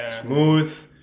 smooth